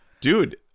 dude